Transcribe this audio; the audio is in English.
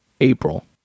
April